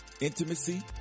intimacy